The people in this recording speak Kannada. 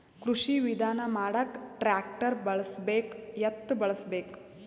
ಕೃಷಿ ವಿಧಾನ ಮಾಡಾಕ ಟ್ಟ್ರ್ಯಾಕ್ಟರ್ ಬಳಸಬೇಕ, ಎತ್ತು ಬಳಸಬೇಕ?